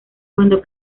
cuando